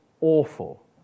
awful